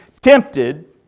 tempted